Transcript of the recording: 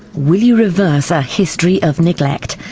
will you reverse a history of neglect?